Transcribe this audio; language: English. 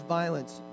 violence